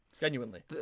Genuinely